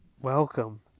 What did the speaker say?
Welcome